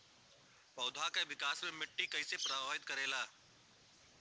पौधा के विकास मे मिट्टी कइसे प्रभावित करेला?